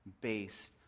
based